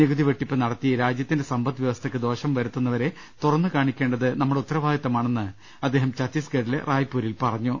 നികുതി വെട്ടിപ്പ് നടത്തി രാജ്യത്തിന്റെ സമ്പദ് വ്യവസ്ഥയ്ക്ക് ദോഷം വരുത്തുന്നവരെ തുറന്നു കാണിക്കേണ്ടത് നമ്മുടെ ഉത്തരവാദി ത്വമാണെന്ന് അദ്ദേഹം ഛത്തീസ്ഗഡിലെ റായ്പൂരിൽ പറഞ്ഞു